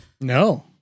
No